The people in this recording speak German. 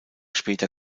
später